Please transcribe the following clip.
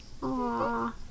Aww